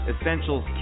essentials